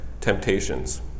temptations